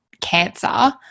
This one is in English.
cancer